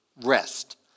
rest